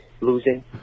Losing